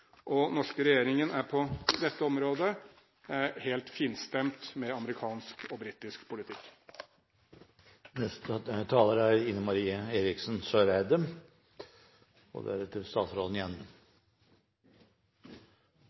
norske regjeringen er på dette området helt finstemt med amerikansk og britisk politikk. Jeg takker statsråden for svaret – et ikke veldig overraskende svar. Det er